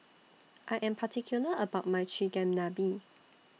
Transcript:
I Am particular about My Chigenabe